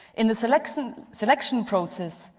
in the selection selection process,